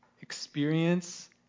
experience